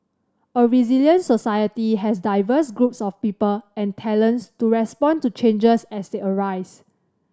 a resilient society has diverse groups of people and talents to respond to changes as they arise